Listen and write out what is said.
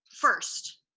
first